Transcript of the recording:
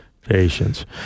Patience